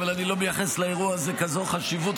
אבל אני לא מייחס לאירוע הזה כזאת חשיבות,